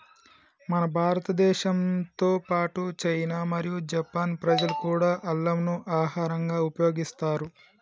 మన భారతదేశంతో పాటు చైనా మరియు జపాన్ ప్రజలు కూడా అల్లంను ఆహరంగా ఉపయోగిస్తారు